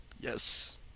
Yes